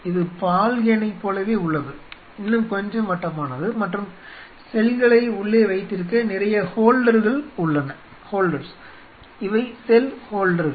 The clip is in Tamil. இது பால் கேனைப் போலவே உள்ளது இன்னும் கொஞ்சம் வட்டமானது மற்றும் செல்களை உள்ளே வைத்திருக்க நிறைய ஹோல்டர்கள் உள்ளன இவை செல் ஹோல்டர்கள்